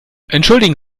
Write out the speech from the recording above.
entschuldigen